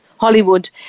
Hollywood